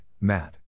Matt